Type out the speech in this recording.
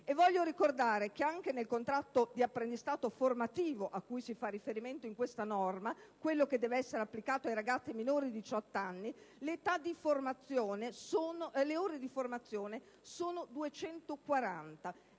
Voglio ricordare che anche nel contratto di apprendistato formativo cui si fa riferimento in questa norma, (quello che deve essere applicato ai minori di 18 anni) le ore di formazione sono 240.